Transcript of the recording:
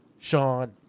Sean